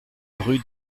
rue